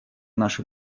наши